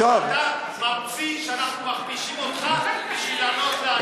אתה ממציא שאנחנו מכפישים אותך בשביל לענות לנו.